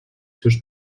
seus